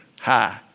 Hi